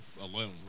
alone